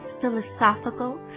philosophical